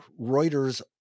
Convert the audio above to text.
Reuters